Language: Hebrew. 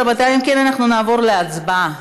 רבותיי, אנחנו נעבור להצבעה.